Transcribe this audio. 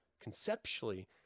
Conceptually